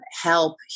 help